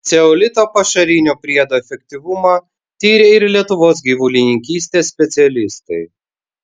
ceolito pašarinio priedo efektyvumą tyrė ir lietuvos gyvulininkystės specialistai